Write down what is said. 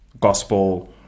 gospel